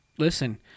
Listen